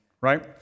right